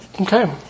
okay